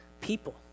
people